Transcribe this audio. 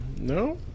No